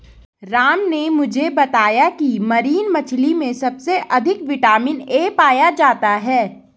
राम ने मुझे बताया की मरीन मछली में सबसे अधिक विटामिन ए पाया जाता है